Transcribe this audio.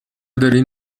داری